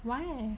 why